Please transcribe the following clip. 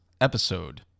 episode